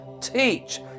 teach